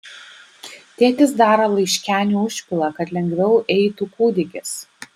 tėtis daro laiškenių užpilą kad lengviau eitų kūdikis